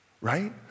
right